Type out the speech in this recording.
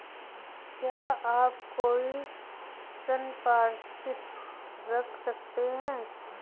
क्या आप कोई संपार्श्विक रख सकते हैं?